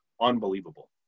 unbelievable